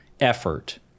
effort